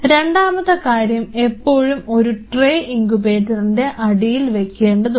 രണ്ടാമത്തെ കാര്യം എപ്പോഴും ഒരു ട്രെ ഇങ്കുബേറ്ററീൻറെ അടിയിൽ വെക്കേണ്ടതുണ്ട്